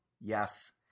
yes